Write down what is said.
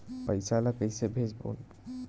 पईसा ला कइसे भेजबोन?